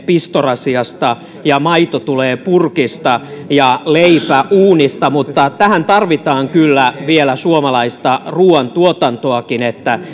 pistorasiasta ja maito tulee purkista ja leipä uunista mutta tähän tarvitaan kyllä vielä suomalaista ruuantuotantoakin että